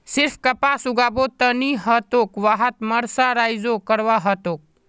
सिर्फ कपास उगाबो त नी ह तोक वहात मर्सराइजो करवा ह तोक